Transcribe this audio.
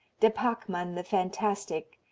de pachmann the fantastic,